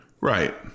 Right